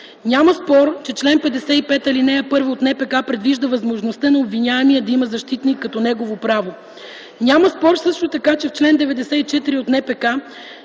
Няма спор, че чл. 55, ал. 1 от НПК предвижда възможността на обвиняемия да има защитник като негово право. Няма спор също така, че чл. 94 от НПК